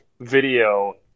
video